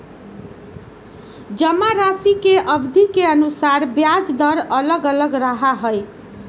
जमाराशि के अवधि के अनुसार ब्याज दर अलग अलग रहा हई